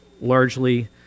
largely